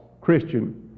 Christian